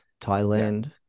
Thailand